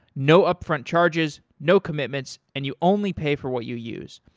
no upfront charges, no commitments and you only pay for what you use.